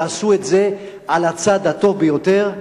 ועשו את זה על הצד הטוב ביותר,